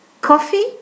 Coffee